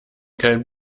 kein